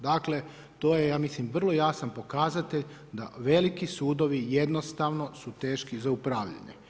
Dakle, to je ja mislim vrlo jasan pokazatelj da veliki sudovi jednostavno su teški za upravljanje.